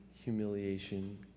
humiliation